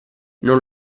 non